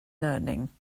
learning